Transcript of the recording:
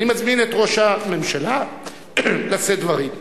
אני מזמין את ראש הממשלה לשאת דברים.